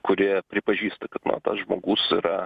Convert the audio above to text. kurie pripažįsta kad tas žmogus yra